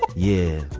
yeah.